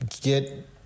get